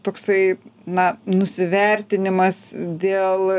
toksai na nusivertinimas dėl